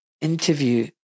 interview